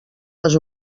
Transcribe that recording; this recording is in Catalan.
les